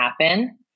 happen